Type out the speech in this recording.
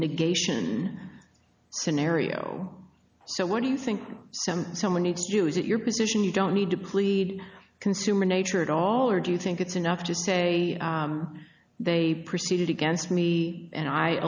negation scenario so what do you think someone needs to do is it your position you don't need to plead consumer nature at all or do you think it's enough to say they proceeded against me and i